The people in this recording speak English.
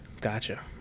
Gotcha